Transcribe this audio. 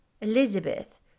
Elizabeth